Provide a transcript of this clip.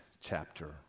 chapter